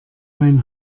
mein